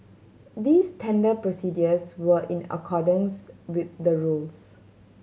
these tender procedures were in accordance with the rules